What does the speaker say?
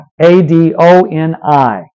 A-D-O-N-I